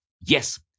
Yes